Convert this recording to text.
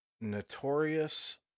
notorious